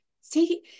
See